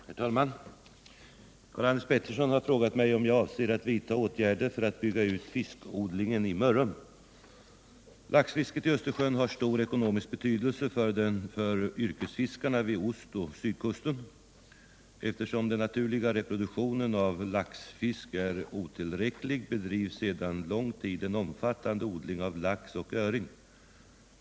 Herr talman! Karl-Anders Petersson har frågat mig om jag avser att vidta åtgärder för att bygga ut fiskodlingen i Mörrum. Laxfisket i Östersjön har stor ekonomisk betydelse för yrkesfiskarna vid ostoch sydkusten. Eftersom den naturliga reproduktionen av laxfisket är otillräcklig, bedrivs sedan lång tid en omfattande odling av lax och öring.